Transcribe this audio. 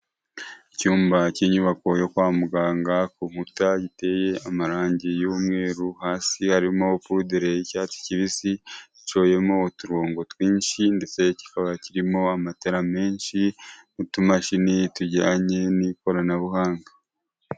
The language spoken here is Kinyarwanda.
Icyumba cy'inyubako yo kwa muganga ku nkuta giteye amarangi y'umweru, hasi harimo pudere Y'icyatsi kibisi iciyemo uturongo twinshi ndetse kikaba kirimo amatara menshi n'utushini tujyanye n'ikoranabuhanga.